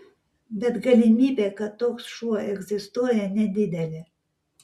bet galimybė kad toks šuo egzistuoja nedidelė